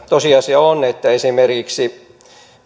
tosiasia on että esimerkiksi